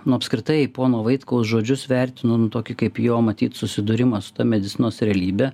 nu apskritai pono vaitkaus žodžius vertinu nu tokį kaip jo matyt susidūrimą su medicinos realybe